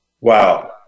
Wow